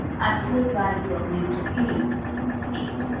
absolute value of negative eight is eight.